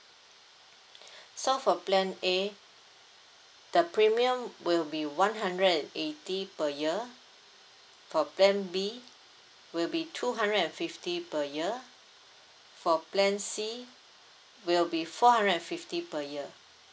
so for plan A the premium will be one hundred and eighty per year for plan B will be two hundred and fifty per year for plan C will be four hundred and fifty per year